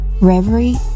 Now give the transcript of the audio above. reverie